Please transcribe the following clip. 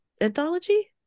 Anthology